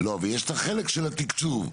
ויש את החלק של התקצוב.